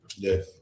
Yes